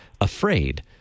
Afraid